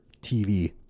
TV